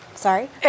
Sorry